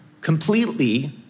completely